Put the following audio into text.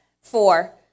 four